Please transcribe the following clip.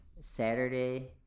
Saturday